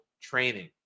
training